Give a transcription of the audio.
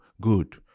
good